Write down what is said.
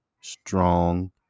strong